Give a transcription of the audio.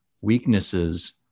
weaknesses